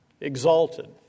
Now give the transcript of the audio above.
exalted